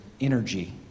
energy